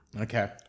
Okay